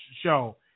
show